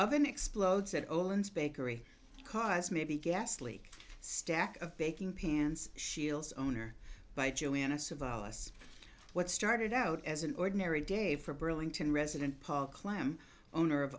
of an explodes at owens bakery because maybe a gas leak stack of baking pans shiels owner by joanna savalas what started out as an ordinary day for burlington resident paul clem owner of